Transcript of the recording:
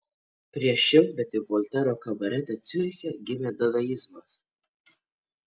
prieš šimtmetį voltero kabarete ciuriche gimė dadaizmas